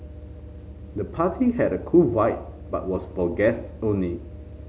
the party had a cool vibe but was for guests only